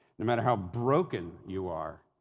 no matter how broken you are,